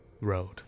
Road